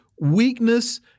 weakness